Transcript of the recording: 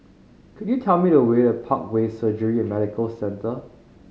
could you tell me the way to Parkway Surgery and Medical Centre